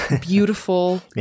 beautiful